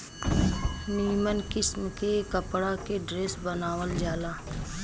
निमन किस्म के कपड़ा के ड्रेस बनावल जाला